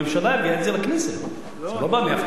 הממשלה הביאה את זה לכנסת, זה לא בא מההפטרה.